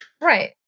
right